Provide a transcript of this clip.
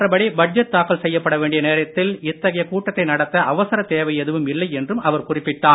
மற்றபடிபட்ஜெட் தாக்கல் செய்யப்பட வேண்டிய நேரத்தில் இத்தகைய கூட்டத்தை நடத்த அவசர தேவை எதுவும் இல்லை என்றும் அவர் குறிப்பிட்டார்